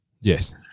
Yes